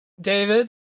david